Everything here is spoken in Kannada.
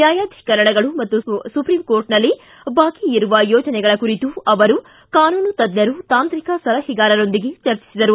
ನ್ಯಾಯಾಧಿಕರಣಗಳು ಮತ್ತು ಸುಪ್ರೀಂಕೋರ್ಟ್ನಲ್ಲಿ ಬಾಕಿ ಇರುವ ಯೋಜನೆಗಳ ಕುರಿತು ಅವರು ಕಾನೂನು ತಜ್ಜರು ತಾಂತ್ರಿಕ ಸಲಹೆಗಾರರೊಂದಿಗೆ ಚರ್ಚಿಸಿದರು